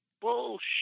Bullshit